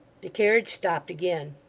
the carriage stopped again.